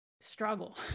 struggle